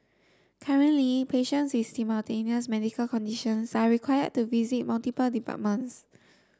currently patients with simultaneous medical conditions are required to visit multiple departments